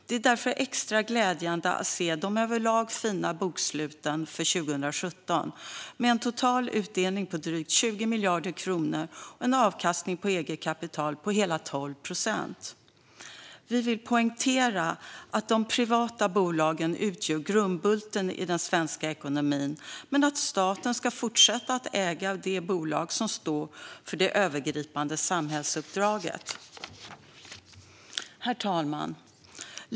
Det är därför extra glädjande att se de överlag fina boksluten för 2017, med en total utdelning på drygt 20 miljarder kronor och en avkastning på eget kapital på hela 12 procent. Vi vill poängtera att de privata bolagen utgör grundbulten i den svenska ekonomin men att staten ska fortsätta att äga de bolag som står för det övergripande samhällsuppdraget. Herr talman!